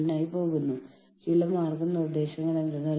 നമ്മൾ പറയുന്നു ശരി നിങ്ങളുടെ ജോലി സംരക്ഷിക്കപ്പെടും